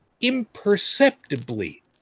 imperceptibly